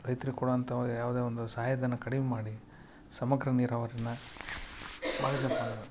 ರೈತ್ರಿಗೆ ಕೊಡುವಂತ ಯಾವುದೆ ಒಂದು ಸಹಾಯ ಧನ ಕಡಿಮೆ ಮಾಡಿ ಸಮಗ್ರ ನೀರಾವರಿನ ಮಾಡಿದ್ನೆಪ್ಪ ಅಂದ್ರೆ